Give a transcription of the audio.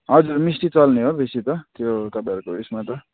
हजुर मिस्टी चल्ने हो बेसी त त्यो तपाईँहरूको उयोसमा त